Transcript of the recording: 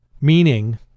meaning